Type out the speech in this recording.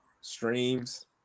streams